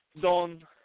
Don